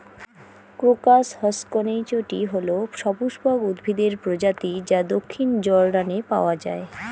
crocus হসকনেইচটি হল সপুষ্পক উদ্ভিদের প্রজাতি যা দক্ষিণ জর্ডানে পাওয়া য়ায়